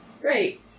Great